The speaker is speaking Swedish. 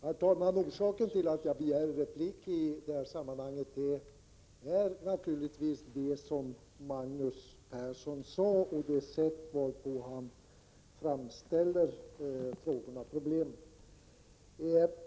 Herr talman! Orsaken till att jag begär replik i detta sammanhang är naturligtvis det sätt på vilket Magnus Persson här framställde frågorna och problemen.